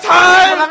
time